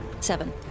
Seven